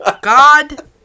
God